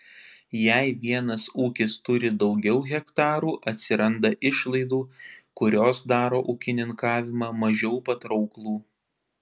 jei vienas ūkis turi daugiau hektarų atsiranda išlaidų kurios daro ūkininkavimą mažiau patrauklų